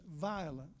violence